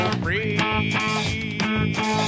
free